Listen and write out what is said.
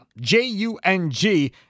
J-U-N-G